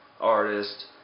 artist